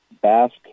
Basque